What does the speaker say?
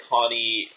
Connie